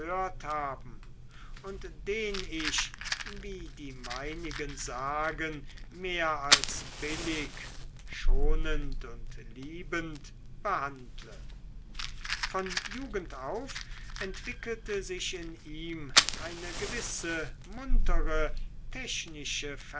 haben und den ich wie die meinigen sagen mehr als billig schonend und liebend behandle von jugend auf entwickelte sich in ihm eine gewisse muntere technische